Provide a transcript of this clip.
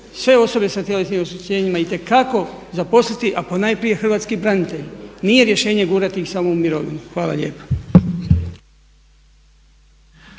sve osobe sa tjelesnim oštećenjima itekako zaposliti, a ponajprije hrvatski branitelji. Nije rješenje gurati ih samo u mirovinu. Hvala lijepa.